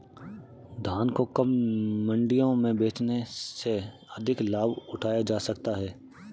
धान को कब मंडियों में बेचने से अधिक लाभ उठाया जा सकता है?